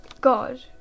God